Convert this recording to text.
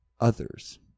others